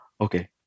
okay